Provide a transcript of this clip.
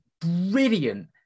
brilliant